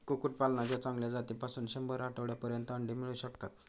कुक्कुटपालनाच्या चांगल्या जातीपासून शंभर आठवड्यांपर्यंत अंडी मिळू शकतात